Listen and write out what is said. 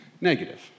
negative